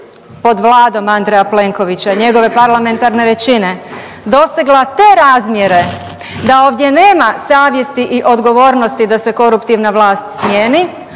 pod Vladom Andreja Plenkovića, njegove parlamentarne većine dostigla te razmjere da ovdje nema savjesti i odgovornosti da se koruptivna vlast smijeni